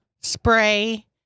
spray